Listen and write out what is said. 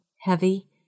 heavy